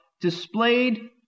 displayed